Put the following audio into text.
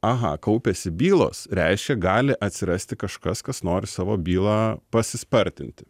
aha kaupiasi bylos reiškia gali atsirasti kažkas kas nori savo bylą pasispartinti